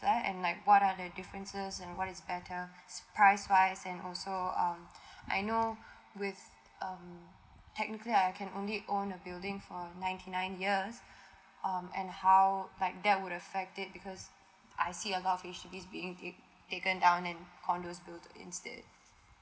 and what are the differences and what is better price wise and also um I know with um technically I can only own a building for ninety nine years um and how like that would affect it because I see a lot of H_D_B being take taken down and condo build instead